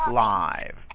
live